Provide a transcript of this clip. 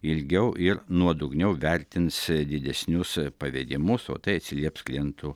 ilgiau ir nuodugniau vertins didesnius pavedimus o tai atsilieps klientų